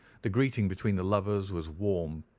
the greeting between the lovers was warm,